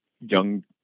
young